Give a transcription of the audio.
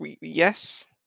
Yes